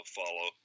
follow